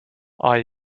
are